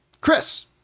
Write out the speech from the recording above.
Chris